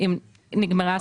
אם נגמרה הסבלנות.